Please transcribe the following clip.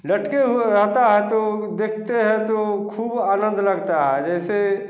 लटके हुए रहता है तो देखते हैं तो खूब आनंद लगता है जैसे